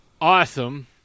awesome